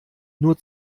nur